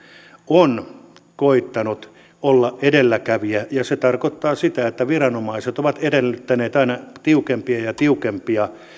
on koettanut olla edelläkävijä ja se tarkoittaa sitä että viranomaiset ovat edellyttäneet aina tiukempia ja ja tiukempia